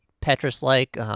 Petrus-like